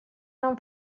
non